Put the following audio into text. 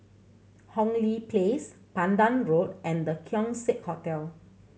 Hong Lee Place Pandan Road and The Keong Saik Hotel